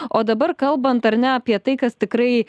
o dabar kalbant ar ne apie tai kas tikrai